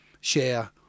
share